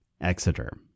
Exeter